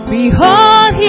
Behold